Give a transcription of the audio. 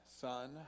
son